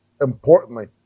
importantly